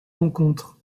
rencontres